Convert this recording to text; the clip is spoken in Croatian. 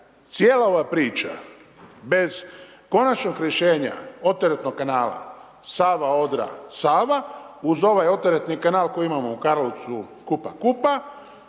cijela ova priča bez konačnog rješenja odteretnog kanala Sava-Odra-Sava, uz ovaj odteretni kanal koji imamo u Karlovcu, Kupa-Kupa,